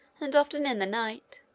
and often in the night,